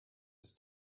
ist